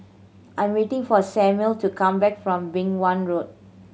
I'm waiting for Samuel to come back from Beng Wan Road